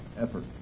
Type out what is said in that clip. effort